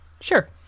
sure